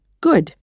Good